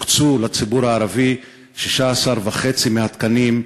הוקצו לציבור הערבי 16.5% מהתקנים,